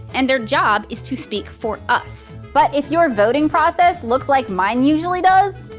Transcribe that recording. and their job is to speak for us. but if your voting process looks like mine usually does.